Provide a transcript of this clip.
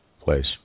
place